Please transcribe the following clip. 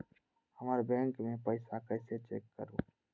हमर बैंक में पईसा कईसे चेक करु?